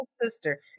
sister